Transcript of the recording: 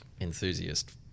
enthusiast